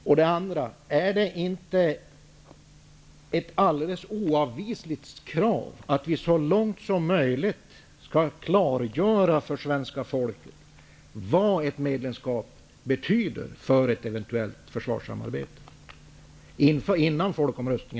Dessutom undrar jag: Är det inte ett alldeles oavvisligt krav att vi innan folkomröstningen äger rum så långt som möjligt skall klargöra för svenska folket vad ett medlemskap betyder för ett eventuellt försvarssamarbete?